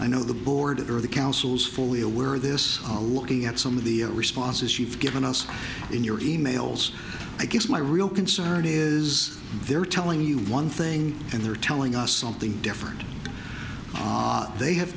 i know the board or the council's fully aware this a looking at some of the responses you've given us in your emails i guess my real concern is they're telling you one thing and they're telling us something different they ha